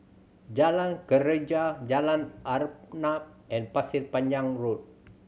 Jalan Greja Jalan Arnap and Pasir Panjang Road